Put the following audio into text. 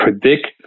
predict